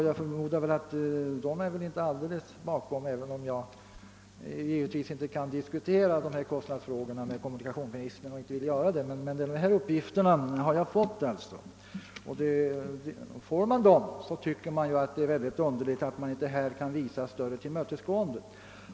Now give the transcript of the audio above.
Jag förmodar att de inte är alldeles okunniga, även om jag givetvis inte kan diskutera dessa kostnadsfrågor med kommunikationsministern och inte heller vill göra det. Dessa uppgifter har jag emellertid fått, och då tycker man att det är mycket underligt, att televerket inte kan visa större tillmötesgående.